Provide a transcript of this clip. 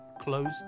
closed